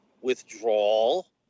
withdrawal